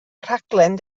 rhaglen